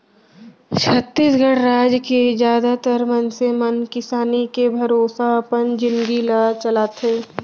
छत्तीसगढ़ राज के जादातर मनसे मन किसानी के भरोसा अपन जिनगी ल चलाथे